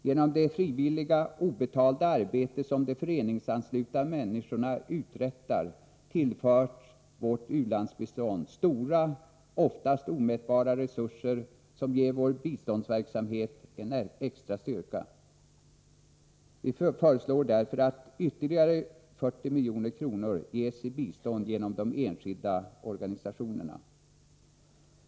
Genom det frivilliga, obetalda arbete som de föreningsanslutna människorna uträttar tillförs vårt u-landsbistånd stora, oftast omätbara resurser som ger vår biståndsverksamhet en extra styrka. Vi föreslår därför att ytterligare 40 milj.kr. ges i bistånd genom de enskilda organisationerna.